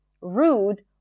rude